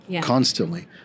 constantly